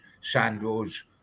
Sandro's